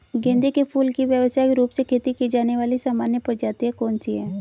गेंदे के फूल की व्यवसायिक रूप से खेती की जाने वाली सामान्य प्रजातियां कौन सी है?